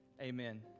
amen